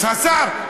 השר,